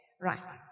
Right